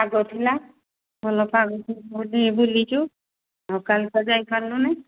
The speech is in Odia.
ପାଗ ଥିଲା ଭଲ ପାଗ ବୋଲି ବୁଲିଛୁ ଆଉ କାଲି ତ ଯାଇପାରିଲୁନି